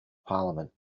parliament